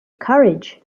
courage